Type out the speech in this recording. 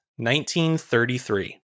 1933